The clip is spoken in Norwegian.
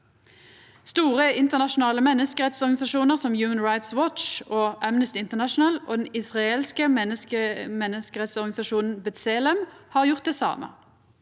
Store internasjonale menneskerettsorganisasjonar som Human Rights Watch og Amnesty International og den israelske menneskerettsorganisasjonen B’Tselem har gjort det same.